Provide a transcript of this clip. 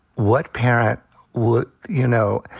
what parent would you know,